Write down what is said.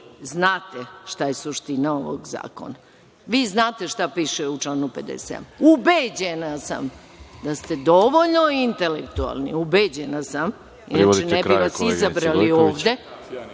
znate šta je suština ovog zakona. Vi znate šta piše u članu 57.Ubeđena sam da ste dovoljno intelektualni, inače ne bi vas izabrali ovde,